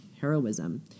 heroism